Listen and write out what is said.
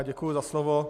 Děkuju za slovo.